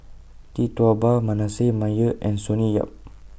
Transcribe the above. Tee Tua Ba Manasseh Meyer and Sonny Yap